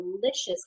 delicious